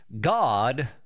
God